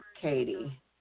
Katie